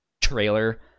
trailer